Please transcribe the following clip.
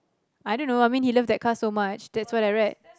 I don't know I mean he love that car so much that's what I read